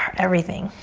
everything.